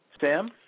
Sam